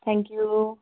thank you